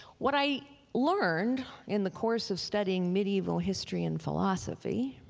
what i learned in the course of studying medieval history and philosophy,